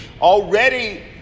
already